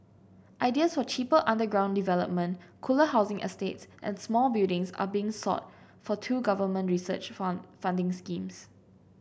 ideas for cheaper underground development cooler housing estates and smart buildings are being sought for two government research fun funding schemes